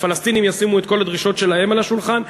הפלסטינים ישימו את כל הדרישות שלהם על השולחן,